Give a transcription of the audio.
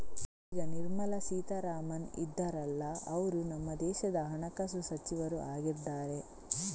ಈಗ ನಿರ್ಮಲಾ ಸೀತಾರಾಮನ್ ಇದಾರಲ್ಲ ಅವ್ರು ನಮ್ಮ ದೇಶದ ಹಣಕಾಸು ಸಚಿವರು ಆಗಿದ್ದಾರೆ